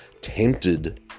tempted